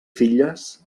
filles